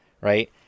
Right